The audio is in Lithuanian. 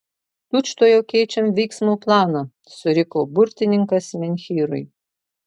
tučtuojau keičiam veiksmų planą suriko burtininkas menhyrui